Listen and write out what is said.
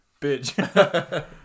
bitch